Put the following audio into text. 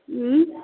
ऊँ